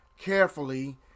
carefully